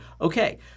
okay